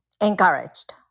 encouraged